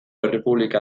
errepublika